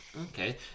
Okay